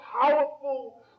powerful